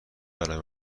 برای